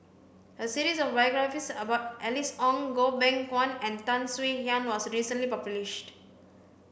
a series of biographies about Alice Ong Goh Beng Kwan and Tan Swie Hian was recently published